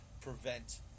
Prevent